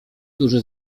którzy